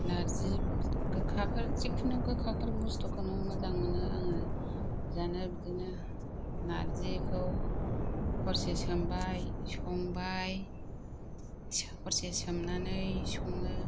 नारजि गोखाफोर जिखुनु गोखाफोर बुस्तुखौनो मोजां मोनो आङो जानो बिदिनो नारजिखौ हरसे सोमबाय संबाय हरसे सोमनानै सङो